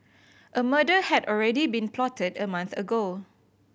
a murder had already been plotted a month ago